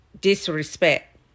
disrespect